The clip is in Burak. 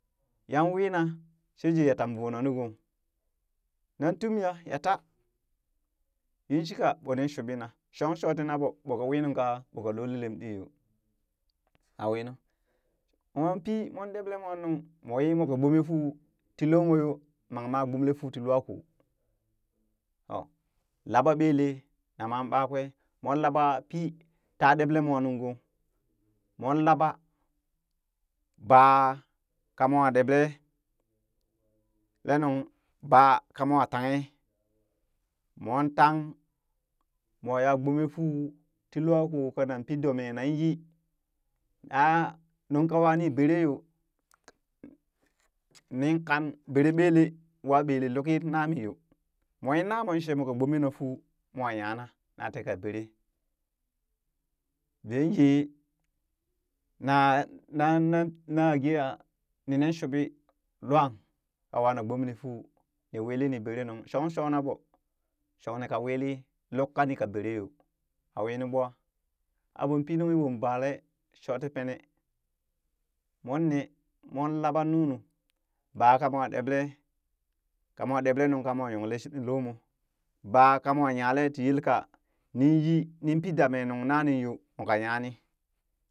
Yan wiina sheje ya tam voonu gong, nan tumya ya ta, yinshika ɓoo nen shuuɓina shoon shoti na ɓo ɓoka winungka ɓoo ka lole lem ɗii yoo awinu moon pii moon ɗeɓlee mwan nuŋ moo wii moka gbomee fuu tii lomo yo, mang ma gbole fuu ti lwakoo o laɓa ɓeelee nama ɓakwee moon laɓa pii ta ɗeɓlee mwanung gong moon laɓa baa ka mwa ɗeɓe leenung baa ka mwa tanghe mon tang mooya gbome fuu tii lwakoo kanan pii dumee nan yi aa nunka wa mii beree yoo, mii kan beree ɓelee wa ɓele lukii namii yoo, moon wii namao shee moo ka gbome na fuu mwa nyana na teka beree veen yee na- nan- nan naagee aa nin nen shuɓii lwang kawa na gbomeni fuu ni wili ni bere nuŋ shong shona ɓo shong ni ka wili luk ka ni ka beree yoo awinuu ɓwa a ɓon pii nunghi ɓon balee shooti pene moon nee moon laɓanunu baaka mwa ɗeɓlee ka mwa ɗeble nuŋ ka mwa yonlee shi lomoo baa kamoo nyalee ti yelka ninyi nin pi damee nuŋ nanin yoo moka yani.